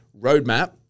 roadmap